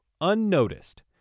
unnoticed